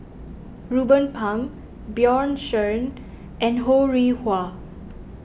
Ruben Pang Bjorn Shen and Ho Rih Hwa